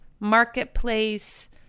marketplace